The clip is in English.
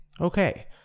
Okay